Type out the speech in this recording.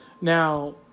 Now